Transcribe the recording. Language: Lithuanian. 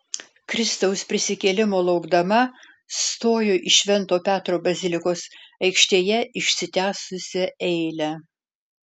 kristaus prisikėlimo laukdama stoju į švento petro bazilikos aikštėje išsitęsusią eilę